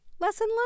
Lesson